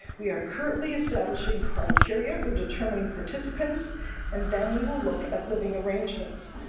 we are currently establishing criteria for determining participants and then we will look at living arrangements,